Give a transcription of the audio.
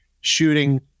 shooting